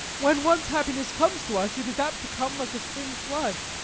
when once happiness comes to us, it is apt to come like a spring flood.